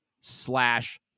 slash